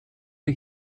der